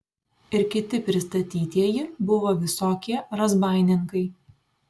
ir kiti pristatytieji buvo visokie razbaininkai